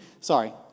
sorry